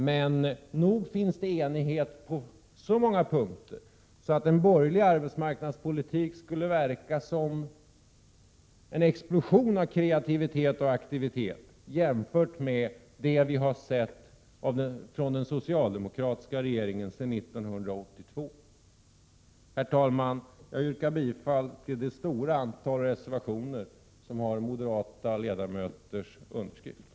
Men nog råder det enighet på så många punkter att en borgerlig arbetsmarknadspolitik skulle verka som en explosion av kreativitet och aktivitet jämfört med det vi har sett från den socialdemokratiska regeringen sedan 1982. Jag yrkar, herr talman, bifall till det stora antal reservationer där moderata ledamöter står antecknade.